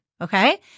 okay